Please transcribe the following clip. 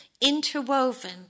interwoven